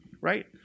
right